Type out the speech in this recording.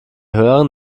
hören